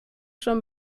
schon